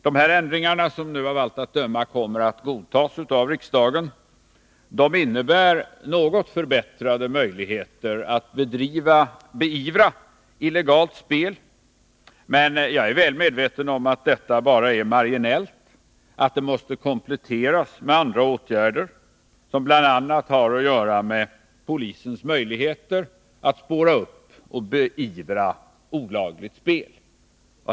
Dessa ändringar innebär något förbättrade möjligheter att beivra illegalt spel, men jag är väl medveten om att de bara är marginella och att de måste kompletteras med andra åtgärder, som bl.a. har att göra med polisens möjligheter att spåra upp och beivra olagligt spel.